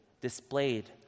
displayed